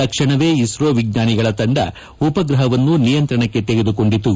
ತಕ್ಷಣವೇ ಇಸ್ತೋ ವಿಜ್ಞಾನಿಗಳ ತಂಡ ಉಪಗ್ರಹವನ್ನು ನಿಯಂತ್ರಣಕ್ಕೆ ತೆಗೆದುಕೊಂಡಿತು